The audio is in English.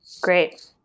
Great